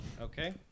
Okay